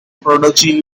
prodigy